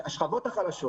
השכבות החלשות,